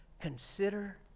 Consider